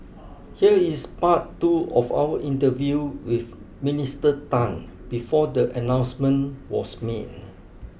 here is part two of our interview with Minister Tan before the announcement was made